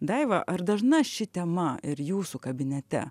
daiva ar dažna ši tema ir jūsų kabinete